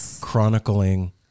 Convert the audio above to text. chronicling